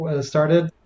started